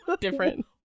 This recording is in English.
Different